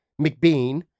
McBean